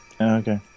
okay